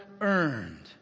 earned